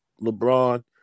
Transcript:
LeBron